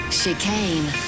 chicane